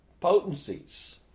potencies